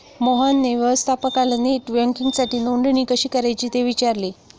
मोहनने व्यवस्थापकाला नेट बँकिंगसाठी नोंदणी कशी करायची ते विचारले